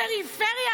הפריפריה?